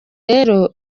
rero